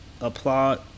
applaud